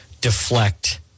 deflect